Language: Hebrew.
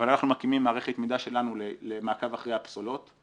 אבל אנחנו מקימים מערכת מידע שלנו למעקב אחרי הפסולות.